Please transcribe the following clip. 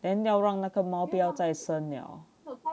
then 要让那个猫不要再生了